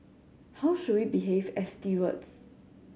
how should we behave as stewards